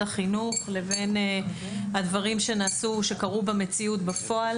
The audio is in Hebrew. החינוך לבין הדברים שקרו במציאות בפועל.